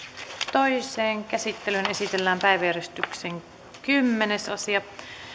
toiseen käsittelyyn esitellään päiväjärjestyksen kymmenes asia